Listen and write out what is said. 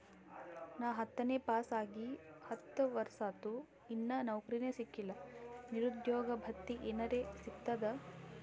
ನಾ ಹತ್ತನೇ ಪಾಸ್ ಆಗಿ ಹತ್ತ ವರ್ಸಾತು, ಇನ್ನಾ ನೌಕ್ರಿನೆ ಸಿಕಿಲ್ಲ, ನಿರುದ್ಯೋಗ ಭತ್ತಿ ಎನೆರೆ ಸಿಗ್ತದಾ?